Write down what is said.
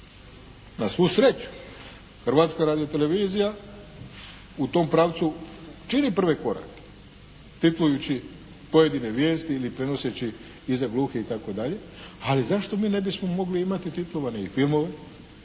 Na svu sreću Hrvatska radiotelevizija u tom pravcu čini prve korake titlujući pojedine vijesti ili prenoseći i za gluhe itd., ali zašto mi ne bismo mogli imati titlovane i filmove,